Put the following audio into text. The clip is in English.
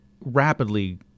rapidly